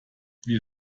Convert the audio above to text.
wir